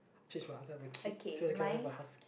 change my answer have a kid so they cannot ever ask